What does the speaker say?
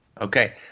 Okay